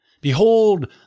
Behold